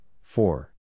four